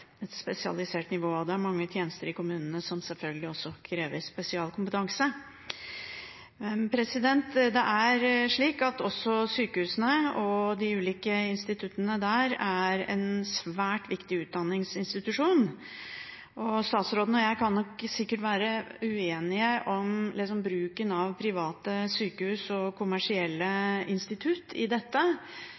et spesialisert nivå. Det er mange tjenester i kommunene som selvfølgelig også krever spesialkompetanse. Også sykehusene og de ulike instituttene der er svært viktige utdanningsinstitusjoner. Statsråden og jeg kan nok sikkert være uenige om bruken av private sykehus og kommersielle institutter i dette,